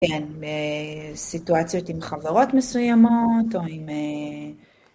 כן, בסיטואציות עם חברות מסוימות או עם...